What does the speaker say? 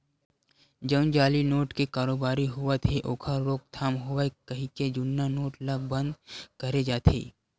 जउन जाली नोट के कारोबारी होवत हे ओखर रोकथाम होवय कहिके जुन्ना नोट ल बंद करे जाथे